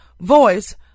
voice